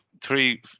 three